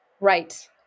Right